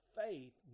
faith